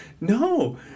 no